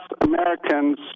Americans